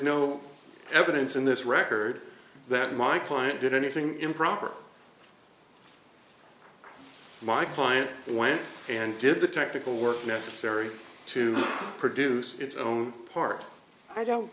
no evidence in this record that my client did anything improper my client went and did the technical work necessary to produce its own part i don't